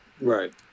Right